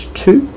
two